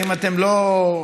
אם אתם לא,